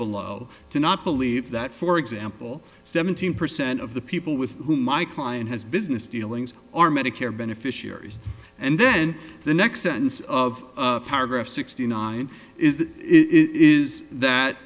below to not believe that for example seventeen percent of the people with whom my client has business dealings are medicare beneficiaries and then the next sentence of paragraph sixty nine is that is that